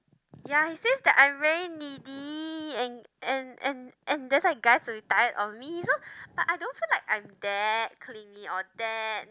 ya is just that I'm very needy and and and and that's why guys will be tired of me so but I don't feel like I'm that clingy or that